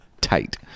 tight